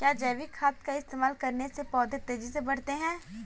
क्या जैविक खाद का इस्तेमाल करने से पौधे तेजी से बढ़ते हैं?